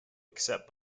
except